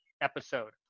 episode